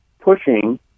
pushing